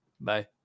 Bye